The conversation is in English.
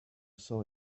saw